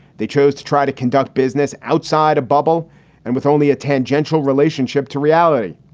they chose to try to conduct business outside a bubble and with only a tangential relationship to reality.